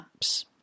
apps